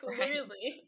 Clearly